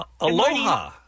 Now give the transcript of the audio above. Aloha